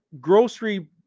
grocery